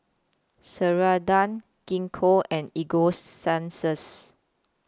Ceradan Gingko and Ego Sunsense